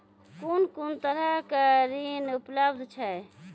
कून कून तरहक ऋण उपलब्ध छै?